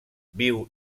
viu